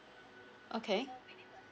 okay